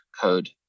code